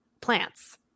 plants